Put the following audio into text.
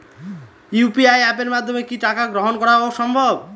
UPI অ্যাপের মাধ্যমে কি টাকা গ্রহণ করাও সম্ভব?